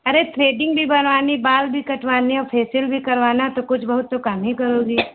अरे थ्रेडिंग भी बनवानी हैं बाल भी कटवाने है और फेसियल भी करवाना है तो कुछ बहुत तो कम ही करो जी